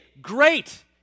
Great